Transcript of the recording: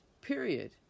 period